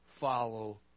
follow